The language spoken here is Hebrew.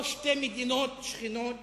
או שתי מדינות שכנות